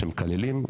שמקללים,